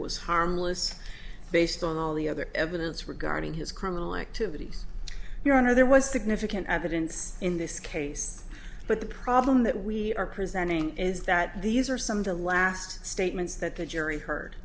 was harmless based on all the other evidence regarding his criminal activities your honor there was significant evidence in this case but the problem that we are presenting is that these are some of the last statements that the jury heard